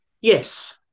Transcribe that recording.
Yes